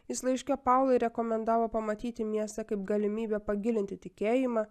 jis laiške paulai rekomendavo pamatyti miestą kaip galimybę pagilinti tikėjimą